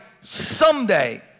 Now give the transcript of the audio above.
someday